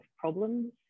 problems